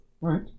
right